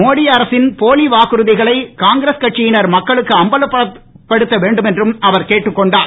மோடி அரசின் போலி வாக்குறுதிகளை காங்கிரஸ் கட்சியினர் மக்களுக்கு அம்பலப்படுத்த வேண்டும் என்றும் அவர் கேட்டுக் கொண்டார்